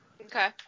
Okay